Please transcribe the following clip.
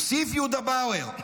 הוסיף יהודה באואר,